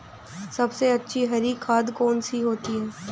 सबसे अच्छी हरी खाद कौन सी होती है?